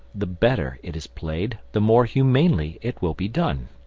the better it is played the more humanely it will be done.